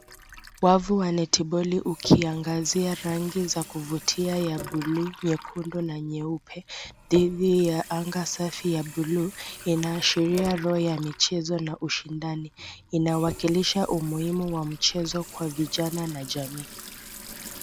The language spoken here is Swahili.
Wavu wa neti boli ukiangazia rangi za kuvutia ya buluu nyekundu na nyeupe didhi ya anga safi ya bluu inaashiria roho ya michezo na ushindani. Inawakilisha umuhimu wa mchezo kwa vijana na jamii.